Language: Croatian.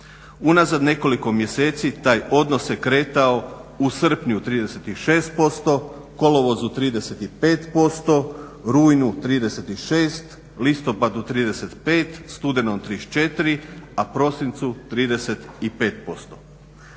Unazad nekoliko mjeseci taj odnos se kretao u srpnju 36%, kolovozu 35%, rujnu 36, listopadu 35, studenom 34, a prosincu 35%.